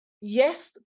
Yes